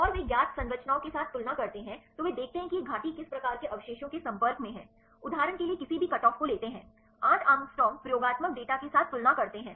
और वे ज्ञात संरचनाओं के साथ तुलना करते हैं तो वे देखते हैं कि यह घाटी किस प्रकार के अवशेषों के संपर्क में है उदाहरण के लिए किसी भी कटऑफ को लेते हैं 8 एंगस्ट्रॉम प्रयोगात्मक डेटा के साथ तुलना करते हैं